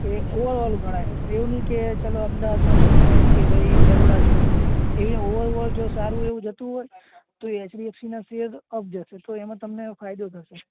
એ overall ગણાય એવું નહીં કે ચાલો અમદાવાદમાં છો તમે કે ભાઈ બરોડા છો એ ઓવરઓલ જો સારું એવું જતું હોય તો એચડીએફસીના શેર અપ જશે તો એમાં તમને ફાયદો થશે